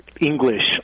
English